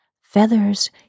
Feathers